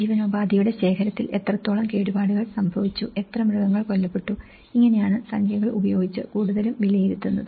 ജീവനോപാധിയുടെ ശേഖരത്തിൽ എത്രത്തോളം കേടുപാടുകൾ സംഭവിച്ചു എത്ര മൃഗങ്ങൾ കൊല്ലപ്പെട്ടു ഇങ്ങനെയാണ് സംഖ്യകൾ ഉപയോഗിച്ച് കൂടുതലും വിലയിരുത്തുന്നത്